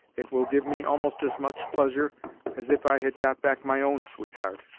it will give me almost as much pleasure as if i had got back my own sweetheart.